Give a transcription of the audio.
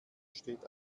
steht